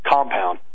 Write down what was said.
compound